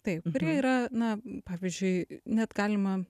taip kurie yra na pavyzdžiui net galima